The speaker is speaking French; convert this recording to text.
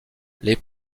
les